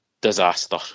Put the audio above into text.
disaster